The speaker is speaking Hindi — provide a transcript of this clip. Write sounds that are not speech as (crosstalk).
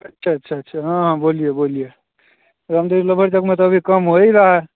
अच्छा अच्छा अच्छा हाँ बोलिए बोलिए (unintelligible) तो अभी काम हो ही रहा